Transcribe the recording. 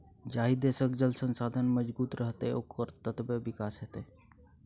जाहि देशक जल संसाधन मजगूत रहतै ओकर ततबे विकास हेतै